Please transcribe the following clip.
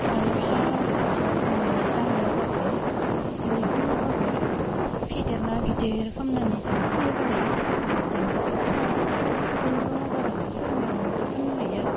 आरो फिसा फिसा जाहोआब्लाबो जोलै खामाब्लाबो फेदेरना गिदिर खालामनानै जों फाननोबो हायो इदिनो सल्ल' पन्द्र' हाजारावहा सय मायावनो बिदि फाननो हायो आरो